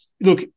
look